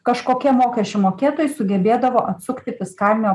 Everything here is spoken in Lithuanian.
kažkokie mokesčių mokėtojai sugebėdavo atsukti fiskalinio